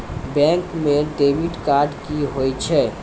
Bank म debit card की होय छै?